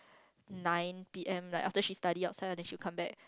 nine P_M like after she study outside lah then she will come back